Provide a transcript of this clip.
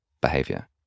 behavior